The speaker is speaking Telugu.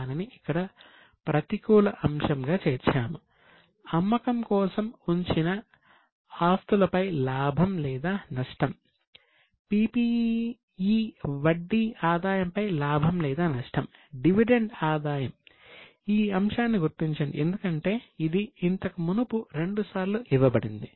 తరువాత అన్ రియలైజ్డ్ ఫోరెక్స్ ఈ అంశాన్ని గుర్తించండి ఎందుకంటే ఇది ఇంతకు మునుపు రెండుసార్లు ఇవ్వబడింది